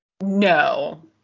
No